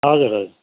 हजुर हजुर